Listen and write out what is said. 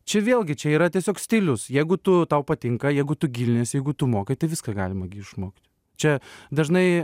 čia vėlgi čia yra tiesiog stilius jeigu tu tau patinka jeigu tu giliniesi jeigu tu moki tai viską galima gi išmokti čia dažnai